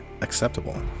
Acceptable